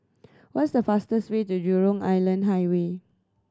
what's the fastest way to Jurong Island Highway